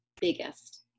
biggest